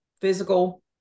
physical